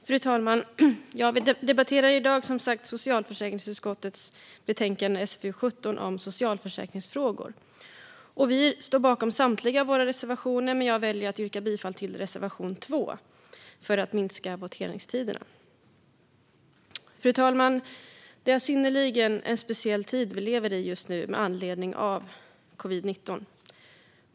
Fru talman! Vi debatterar som sagt socialförsäkringsutskottets betänkande nr 17 om socialförsäkringsfrågor. Sverigedemokraterna står bakom samtliga sina reservationer, men för att minska voteringstiden väljer jag att yrka bifall enbart till reservation 2. Fru talman! Det är sannerligen en speciell tid vi just nu lever i, med anledning av covid-19.